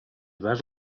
vas